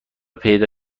پیدا